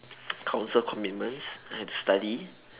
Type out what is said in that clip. council commitments I had to study